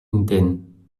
intent